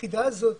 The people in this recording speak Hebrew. היחידה הזאת